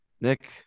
nick